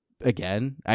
again